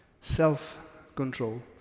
self-control